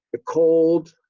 the cold,